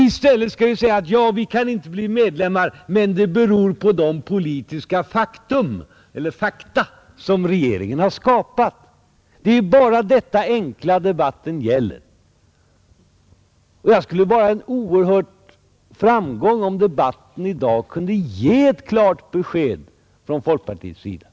I stället säger ni: Vi kan inte bli medlemmar, och det beror på de politiska fakta som regeringen genom sitt agerande har skapat. Det är bara denna enkla sak debatten gäller. Det skulle vara en oerhörd framgång om debatten i dag här kunde ge ett klart besked från folkpartiets sida.